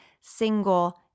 single